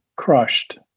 crushed